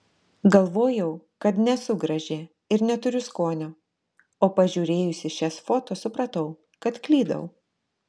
galvojau kad nesu graži ir neturiu skonio o pažiūrėjusi šias foto supratau kad klydau